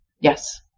Yes